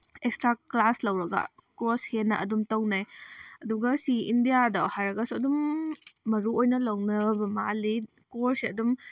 extra class ꯂꯧꯔꯒ course ꯍꯦꯟꯅ ꯑꯗꯨꯝ ꯇꯧꯅꯩ ꯑꯗꯨꯒ ꯁꯤ ꯏꯟꯗꯤꯌꯥꯗ ꯍꯥꯏꯔꯒꯁꯨ ꯑꯗꯨꯝ ꯃꯔꯨ ꯑꯣꯏꯅ ꯂꯧꯅꯕ ꯃꯥꯜꯂꯤ ꯀꯣꯔꯁꯁꯦ ꯑꯗꯨꯝ